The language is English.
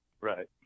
Right